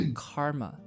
karma